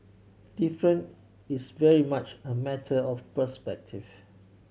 different is very much a matter of perspective